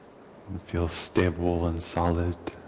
and feel stable and solid,